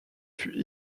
fut